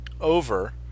over